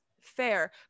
fair